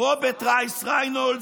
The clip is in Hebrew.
רוברט רייס ריינולדס,